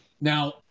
Now